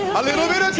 a little bit